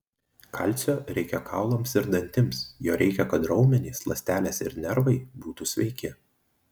kalcio reikia kaulams ir dantims jo reikia kad raumenys ląstelės ir nervai būtų sveiki